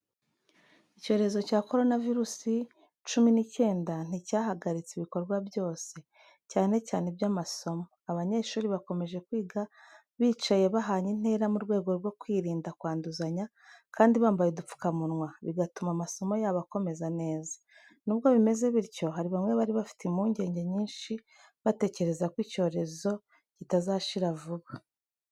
Icyorezo cya Corona virusi cumi n'icyenda nticyahagaritse ibikorwa byose, cyane cyane iby’amasomo. Abanyeshuri bakomeje kwiga bicaye bahanye intera mu rwego rwo kwirinda kwanduzanya, kandi bambaye udupfukamunwa, bigatuma amasomo yabo akomeza neza. Nubwo bimeze bityo, hari bamwe bari bafite impungenge nyinshi, batekereza ko icyorezo kitazashira vuba.